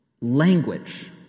Language